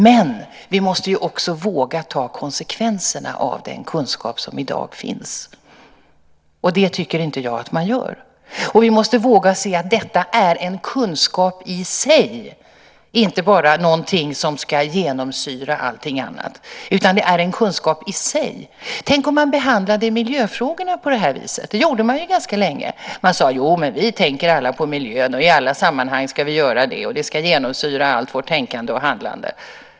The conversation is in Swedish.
Men vi måste våga ta konsekvenserna av den kunskap som i dag finns. Det tycker jag inte att man gör. Vi måste våga se att detta är en kunskap i sig, inte bara någonting som ska genomsyra allting annat. Det är en kunskap i sig. Tänk om man behandlade miljöfrågorna på det här viset. Det gjorde man ganska länge. Man sade: Jo, vi tänker alla på miljön, och i alla sammanhang ska vi göra det. Det ska genomsyra allt vårt tänkande och handlande.